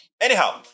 Anyhow